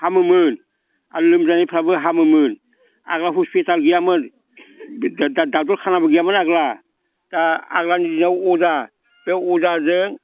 हामोमोन आरो लोमजानायफ्राबो हामोमोन आगोलाव हस्पिटाल गैयामोन ड'क्टर खानाबो गैयामोन आग्ला दा आग्लानि दिनाव अजा बे अजाजों